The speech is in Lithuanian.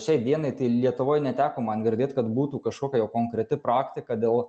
šiai dienai tai lietuvoj neteko man girdėt kad būtų kažkokia jau konkreti praktika dėl